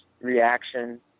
reaction